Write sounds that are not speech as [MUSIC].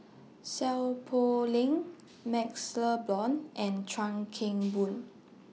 Seow Poh Leng [NOISE] MaxLe Blond and Chuan [NOISE] Keng Boon